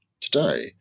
today